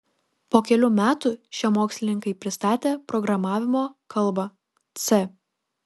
po kelių metų šie mokslininkai pristatė programavimo kalbą c